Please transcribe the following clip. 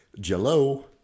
Jell-O